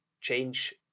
change